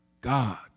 God